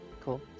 Cool